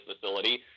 facility